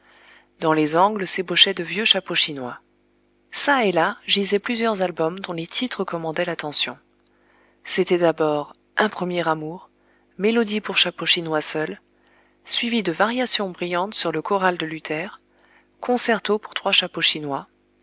dans les angles s'ébauchaient de vieux chapeaux chinois çà et là gisaient plusieurs albums dont les titres commandaient l'attention c'était d'abord un premier amour mélodie pour chapeau chinois seul suivie de variations brillantes sur le choral de luther concerto pour trois